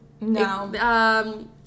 No